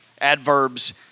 Adverbs